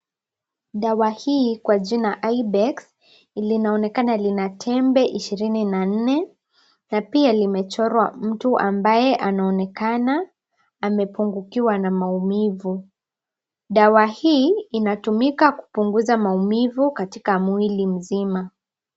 Dawa hii kwa jina IBEX linaonekana lina tembe ishirini na nne na pia, limechorwa mtu ambaye anaonekana amepungukiwa na maumivu. Dawa hii inatumika kupunguza maumivu katika mwili mzima.